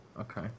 Okay